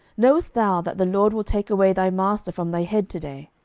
knowest thou that the lord will take away thy master from thy head to day?